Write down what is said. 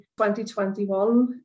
2021